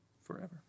forever